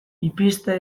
ipizte